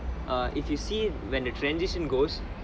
err if you see when the transition goes